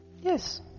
Yes